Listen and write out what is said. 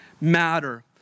matter